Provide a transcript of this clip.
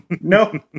No